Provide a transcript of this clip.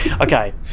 Okay